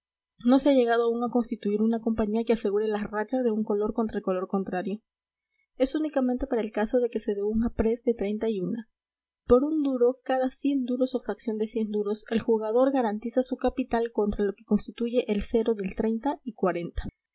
no se ha llegado aún a constituir una compañía que asegure las rachas de un color contra el color contrario es únicamente para el caso de que se dé un aprés de treinta y una por un duro cada cien duros o fracción de cien duros el jugador garantiza su capital contra lo que constituye el cero del treinta y cuarenta